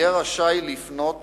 יהיה רשאי לפנות